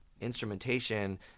instrumentation